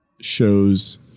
shows